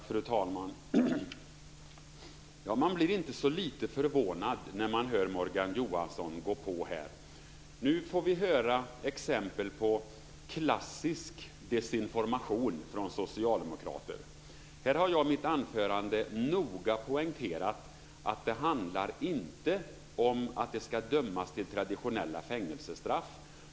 Fru talman! Man blir inte så lite förvånad när man hör Morgan Johansson gå på. Nu får vi höra exempel på klassisk desinformation från socialdemokrater. Jag har i mitt anförande noga poängterat att det inte handlar om att det ska dömas till traditionella fängelsestraff.